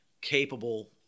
capable